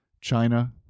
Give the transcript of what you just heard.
China